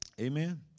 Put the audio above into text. Amen